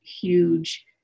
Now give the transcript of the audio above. huge